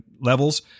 levels